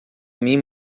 mim